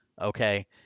okay